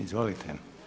Izvolite.